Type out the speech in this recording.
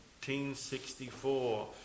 1964